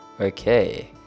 Okay